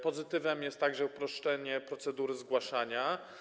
Pozytywem jest także uproszczenie procedur zgłaszania.